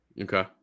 Okay